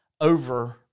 over